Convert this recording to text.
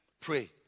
pray